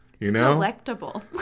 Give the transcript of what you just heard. Delectable